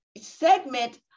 segment